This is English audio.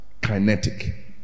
kinetic